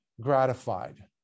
gratified